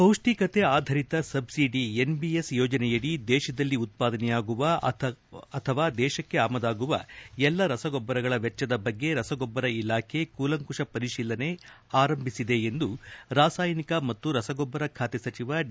ಪೌಷ್ಣಿಕತೆ ಆಧರಿತ subsidy NBS ಯೋಜನೆಯಡಿ ದೇಶದಲ್ಲಿ ಉತ್ಪಾದನೆಯಾಗುವ ಅಥವಾ ದೇಶಕ್ಕೆ ಆಮದಾಗುವ ಎಲ್ಲಾ ರಸಗೊಬ್ಬರಗಳ ವೆಚ್ವದ ಬಗ್ಗೆ ರಸಗೊಬ್ಬರ ಇಲಾಖೆ ಕೂಲಂಕುಷ ಪರಿಶೀಲನೆ ಆರಂಭಿಸಿದೆ ಎಂದು ರಾಸಾಯನಿಕ ಮತ್ತು ರಸಗೊಬ್ಬರ ಖಾತೆ ಸಚಿವ ಡಿ